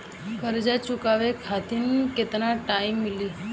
कर्जा चुकावे खातिर केतना टाइम मिली?